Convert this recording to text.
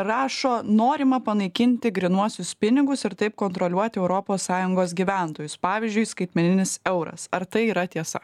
rašo norima panaikinti grynuosius pinigus ir taip kontroliuoti europos sąjungos gyventojus pavyzdžiui skaitmeninis euras ar tai yra tiesa